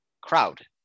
crowd